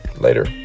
Later